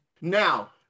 Now